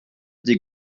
they